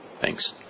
Thanks